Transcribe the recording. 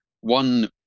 one